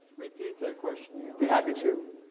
repeat the question. be happy to,